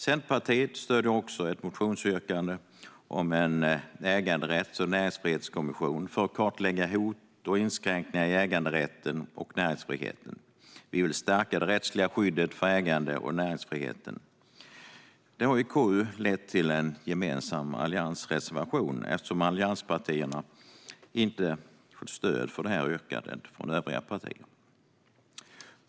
Centerpartiet stöder också ett motionsyrkande om en äganderätts och näringsfrihetskommission för att kartlägga hot och inskränkningar i äganderätten och näringsfriheten. Vi vill stärka det rättsliga skyddet för ägande och näringsfriheten. Det har i KU lett till en gemensam alliansreservation, eftersom allianspartierna inte har fått stöd för detta yrkande av övriga partier.